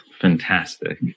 Fantastic